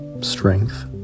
strength